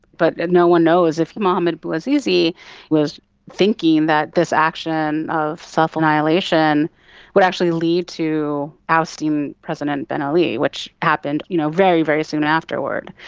but no one knows if mohamed bouazizi was thinking that this action of self-annihilation would actually lead to ousting president ben ali, which happened you know very, very soon afterward.